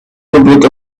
public